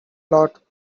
lot